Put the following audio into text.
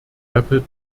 rapid